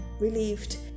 Relieved